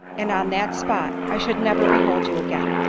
and on that spot, i should never behold you again.